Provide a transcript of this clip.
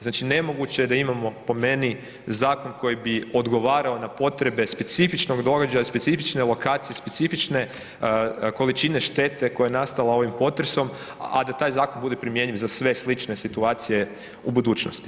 Znači nemoguće je da imamo, po meni zakon koji bi odgovarao na potrebe specifičnog događaja, specifične lokacije, specifične količine štete koja je nastala ovim potresom, a da taj zakon bude primjenjiv za sve slične situacije u budućnosti.